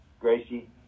Gracie